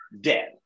Dead